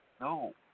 no